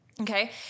Okay